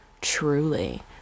Truly